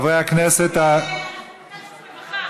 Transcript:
ביקשנו רווחה.